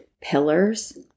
pillars